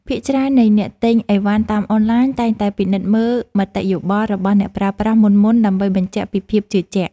ភាគច្រើននៃអ្នកទិញឥវ៉ាន់តាមអនឡាញតែងតែពិនិត្យមើលមតិយោបល់របស់អ្នកប្រើប្រាស់មុនៗដើម្បីបញ្ជាក់ពីភាពជឿជាក់។